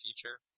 future